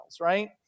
right